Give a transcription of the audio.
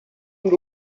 und